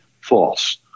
false